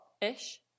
ish